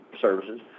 services